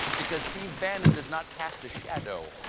because steve bannon does not cast a shadow.